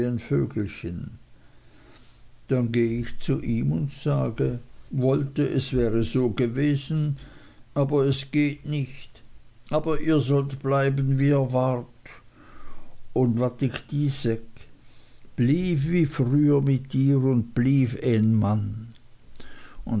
vögelchen dann geh ich zu ihm und sage wollte es wäre so gewesen aber es geht nicht aber ihr sollt bleiben wie ihr wart und wat ick di segg is bliew wie früher mit ihr und bliew een mann